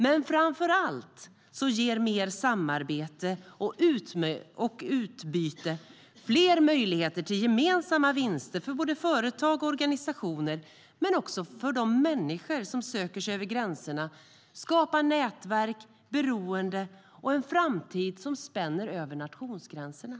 Men framför allt ger mer samarbete och utbyte fler möjligheter till gemensamma vinster för både företag och organisationer men också för de människor som söker sig över gränserna och skapar nätverk, beroenden och en framtid som spänner över nationsgränserna.